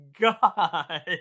God